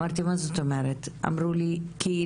ואני אמרתי "מה זאת אומרת?" אמרו לי "תשמעי,